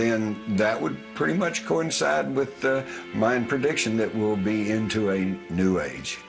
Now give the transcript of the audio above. then that would pretty much coincide with mine prediction that will be into a new age